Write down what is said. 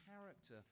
character